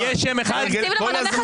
זה חמור מאוד, מי דיבר איתם?